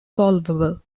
solvable